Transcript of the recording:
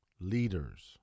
leaders